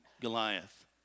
Goliath